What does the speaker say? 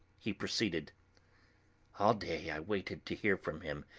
he proceeded all day i waited to hear from him,